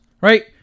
Right